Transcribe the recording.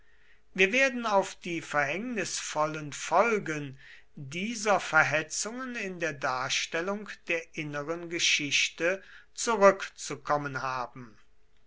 wir werden auf die verhängnisvollen folgen dieser verhetzungen in der darstellung der inneren geschichte zurückzukommen haben